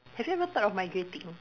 have you ever thought of migrating